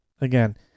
again